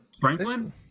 Franklin